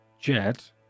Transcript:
Jet